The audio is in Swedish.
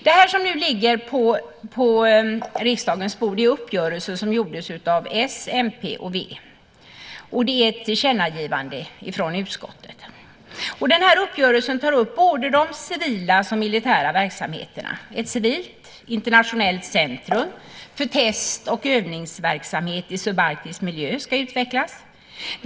Det som nu ligger på riksdagens bord är en uppgörelse som gjorts av s, mp och v. Det är ett tillkännagivande från utskottet. Den här uppgörelsen tar upp både de civila och de militära verksamheterna. Ett civilt internationellt centrum för test och övningsverksamhet i subarktisk miljö ska utvecklas.